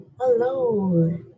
Hello